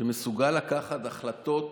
שמסוגל לקחת החלטות,